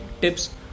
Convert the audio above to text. tips